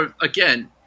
Again